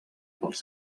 pels